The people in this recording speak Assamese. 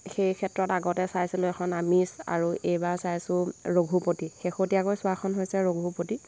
সেই ক্ষেত্ৰত আগতে চাইছিলোঁ এখন আমিষ আৰু এইবাৰ চাইছোঁ ৰঘুপতি শেহতীয়াকৈ চোৱাখন হৈছে ৰঘুপতি